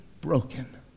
broken